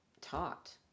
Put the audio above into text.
taught